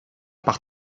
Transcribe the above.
par